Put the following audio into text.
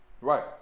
Right